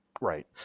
right